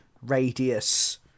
radius